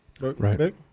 right